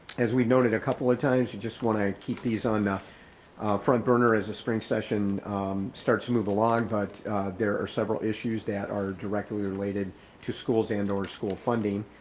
as we noted a couple of times, you just wanna keep these on the front burner as a spring session starts to move along, but there are several issues that are directly related to schools and or school funding.